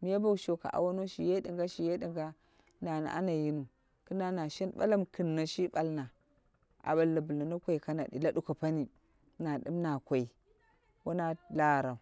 miya bou shoke awono shiye dinga shiye dinga na ni ana yinuu kiduwa na shen ɓala mi kinno shi ɓalna! A balni bla na koi kanadi la duko pani na dum na koi wona larau.